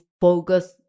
focus